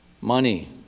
money